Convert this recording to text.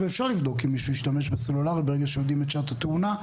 ואפשר לבדוק אם מישהו השתמש בסלולרי ברגע שיודעים את שעת התאונה.